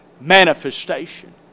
manifestation